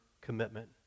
commitment